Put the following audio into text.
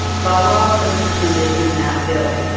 vawa was included in that bill,